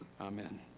amen